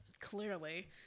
clearly